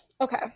okay